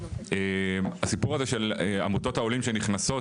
הסיפור של עמותות העולים שנכנסות.